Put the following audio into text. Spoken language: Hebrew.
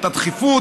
את הדחיפות,